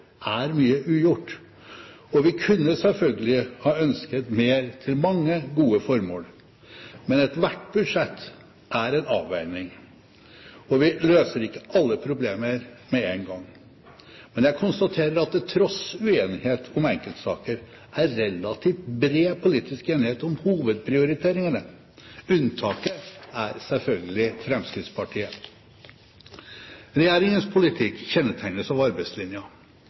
er mye ugjort, og vi kunne selvfølgelig ha ønsket mer til mange gode formål. Men ethvert budsjett er en avveining, og vi løser ikke alle problemer med en gang. Jeg konstaterer at det til tross for uenighet om enkeltsaker er relativt bred politisk enighet om hovedprioriteringene. Unntaket er selvfølgelig Fremskrittspartiet. Regjeringens politikk kjennetegnes av arbeidslinja.